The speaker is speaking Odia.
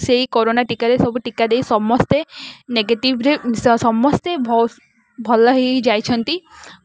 ସେଇ କରୋନା ଟୀକାରେ ସବୁ ଟୀକା ଦେଇ ସମସ୍ତେ ନେଗେଟିଭରେ ସମସ୍ତେ ଭଲ ହେଇ ଯାଇଛନ୍ତି